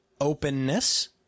openness